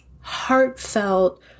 heartfelt